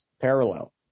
parallel